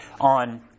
on